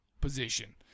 position